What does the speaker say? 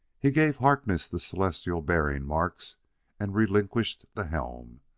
he gave harkness the celestial bearing marks and relinquished the helm.